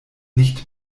nicht